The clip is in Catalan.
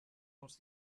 els